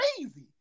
crazy